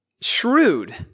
Shrewd